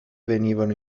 venivano